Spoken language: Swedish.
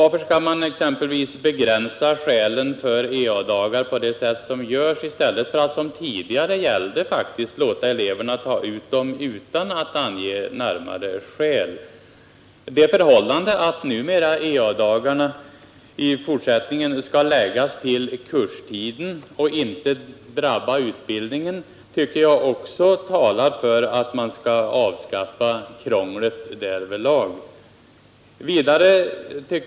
Varför skall man exempelvis begränsa skälen för ea-dagar på det sätt som görs, i stället för att som tidigare faktiskt gällde låta eleverna ta ut ea-dagarna utan att ange närmare skäl? Det förhållandet att ea-dagarna i fortsättningen skall läggas till kurstiden och inte drabba utbildningen tycker jag också talar för att man skall avskaffa krånglet därvidlag.